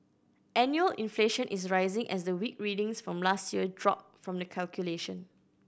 annual inflation is rising as the weak readings from last year drop from the calculation